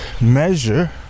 measure